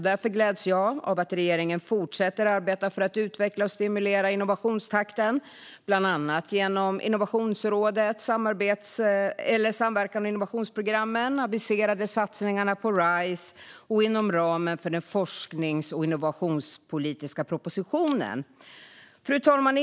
Därför gläds jag åt att regeringen fortsätter arbeta för att utveckla och stimulera innovationstakten, bland annat genom Innovationsrådet, samverkans och innovationsprogrammen och aviserade satsningar på RISE samt inom ramen för den forsknings och innovationspolitiska propositionen. Fru talman!